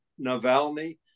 Navalny